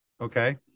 Okay